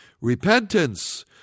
Repentance